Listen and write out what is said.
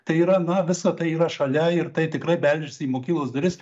tai yra na visa tai yra šalia ir tai tikrai beldžiasi į mokyklos duris